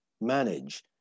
manage